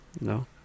no